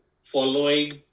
following